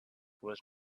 was